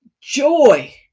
joy